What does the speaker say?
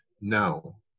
no